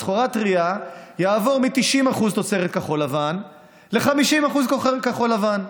הסחורה הטרייה תעבור מ-90% תוצרת כחול-לבן ל-50% כחול-לבן.